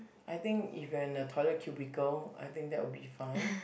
I think if you're in the toilet cubicle I think that will be fine